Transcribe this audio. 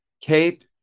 Kate